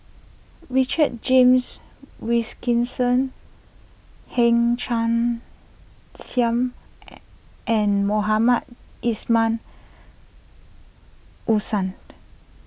Richard James Wilkinson Hang Chang Chieh and Mohamed Ismail Hussain